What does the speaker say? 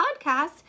podcast